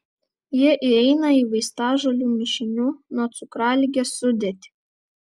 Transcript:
jie įeina į vaistažolių mišinių nuo cukraligės sudėtį